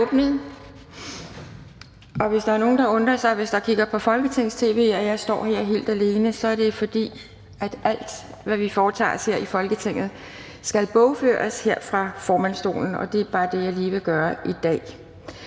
Hvis der er nogen, der kigger på Folketings-tv, der undrer sig over, at jeg står her helt alene, så gør jeg det, fordi alt, hvad vi foretager os her i Folketinget, skal bogføres her fra formandsstolen, og det er bare det, jeg lige vil gøre i dag.